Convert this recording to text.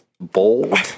bold